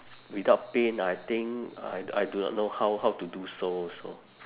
without pain I think I I do not know how how to do so also